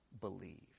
believe